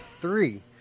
three